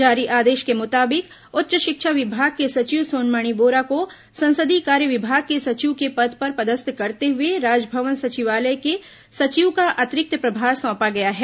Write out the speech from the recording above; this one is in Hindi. जारी आदेश के मुताबिक उच्च शिक्षा विभाग के सचिव सोनमणि बोरा को संसदीय कार्य विभाग के सचिव के पद पर पदस्थ करते हुए राजभवन सचिवालय के सचिव का अतिरिक्त प्रभार सौंपा गया है